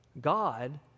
God